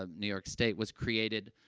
ah new york state, was created,